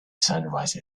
sunrise